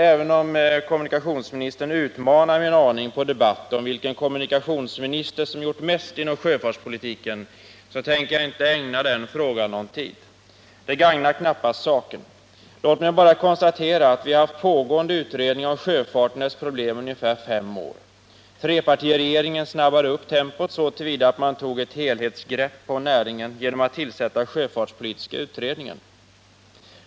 Även om kommunikationsministern utmanar mig en aning till debatt om vilken kommunikationsminister som har gjort mest inom sjöfartspolitiken, så tänker jag inte ägna den frågan någon tid. Det gagnar knappast saken. Låt mig bara konstatera att vi haft pågående utredningar om sjöfarten och dess problem i ungefär fem år. Trepartiregeringen ökade tempot så till vida att man tog ett helhetsgrepp på näringen genom att tillsätta sjöfartspolitiska utredningen.